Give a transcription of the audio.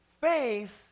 Faith